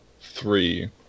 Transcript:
three